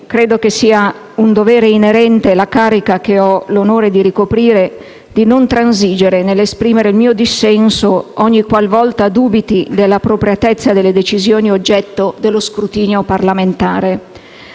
credo che sia un dovere inerente la carica che ho l'onore di ricoprire di non transigere nell'esprimere il mio dissenso ogni qualvolta dubiti dell'appropriatezza delle decisioni oggetto dello scrutinio parlamentare.